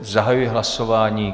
Zahajuji hlasování.